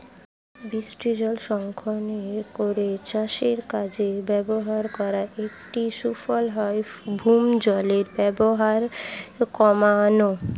বৃষ্টিজল সংরক্ষণ করে চাষের কাজে ব্যবহার করার একটি সুফল হল ভৌমজলের ব্যবহার কমানো